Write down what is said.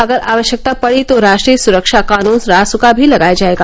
अगर आवश्यकता पड़ी तो राष्ट्रीय सुरक्षा कानून रासुका भी लगाया जाएगा